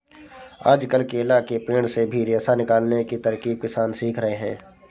आजकल केला के पेड़ से भी रेशा निकालने की तरकीब किसान सीख रहे हैं